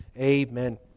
Amen